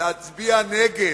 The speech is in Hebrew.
להצביע נגד.